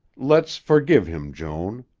let's forgive him, joan.